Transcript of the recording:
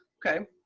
okay.